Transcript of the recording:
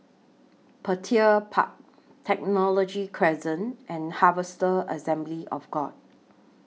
Petir Park Technology Crescent and Harvester Assembly of God